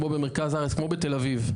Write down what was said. כמו במרכז הארץ כמו בתל אביב,